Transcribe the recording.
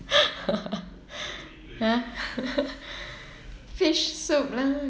!huh! fish soup lah